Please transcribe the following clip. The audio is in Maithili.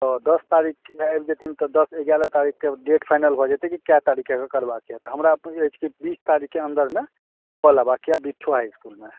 तऽ दस तारीकके आबि जेथिन तऽ दस एगारह तारीखकेँ डेट फाइनल भऽ जेतै की कए तारीखकेँ करवाक यए तऽ हमरा अछि बीस तारीखके अन्दरमे कऽ लेबाक अइ बिट्ठो हाइ इस्कुलमे